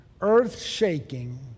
earth-shaking